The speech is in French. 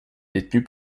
détenu